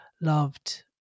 loved